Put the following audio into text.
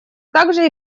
также